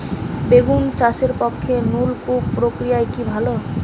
বেগুন চাষের পক্ষে নলকূপ প্রক্রিয়া কি ভালো?